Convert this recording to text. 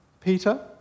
Peter